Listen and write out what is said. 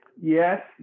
Yes